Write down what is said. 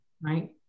Right